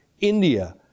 India